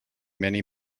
many